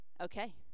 Okay